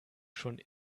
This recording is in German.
schon